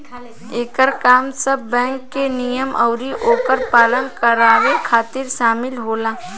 एकर काम सब बैंक के नियम अउरी ओकर पालन करावे खातिर शामिल होला